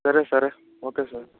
సరే సరే okay sir